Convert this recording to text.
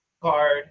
card